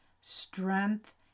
strength